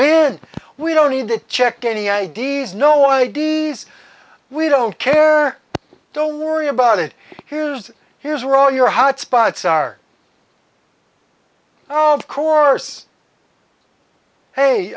man we don't need to check any ideas no idea we don't care don't worry about it here's here's where all your hot spots are oh of course hey